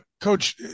Coach